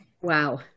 wow